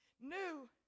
New